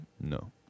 No